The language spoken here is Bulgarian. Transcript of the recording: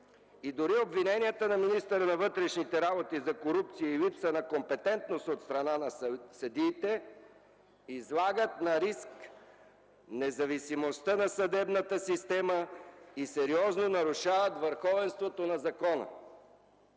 и дори обвиненията на министъра на вътрешните работи за корупция и липса на компетентност от страна на съдиите излагат на риск независимостта на съдебната система и сериозно нарушават върховенството на закона.